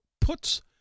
puts